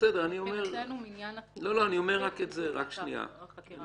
מבחינתנו מניין התקופה מתחיל מפעולת החקירה האחרונה.